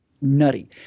nutty